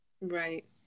Right